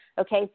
okay